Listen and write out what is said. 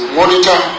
monitor